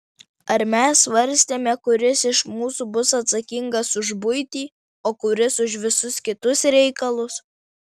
ar mes svarstėme kuris iš mūsų bus atsakingas už buitį o kuris už visus kitus reikalus